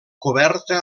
coberta